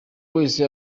wese